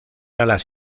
alas